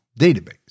Database